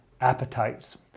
appetites